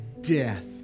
death